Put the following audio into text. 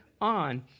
on